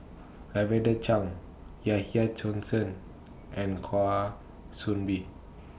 Lavender Chang Yahya Cohen and Kwa Soon Bee